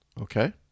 okay